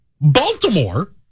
Baltimore